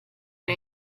una